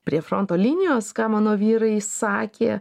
prie fronto linijos ką mano vyrai sakė